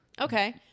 Okay